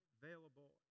available